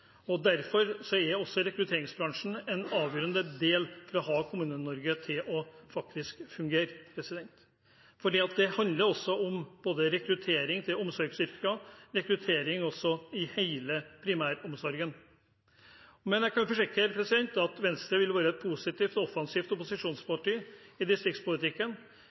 Derfor er også rekrutteringsbransjen en avgjørende del for å få Kommune-Norge til faktisk å fungere, for det handler om både rekruttering til omsorgsyrker og rekruttering i hele primæromsorgen. Jeg kan forsikre om at Venstre vil være et positivt og offensivt opposisjonsparti i distriktspolitikken.